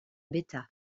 beta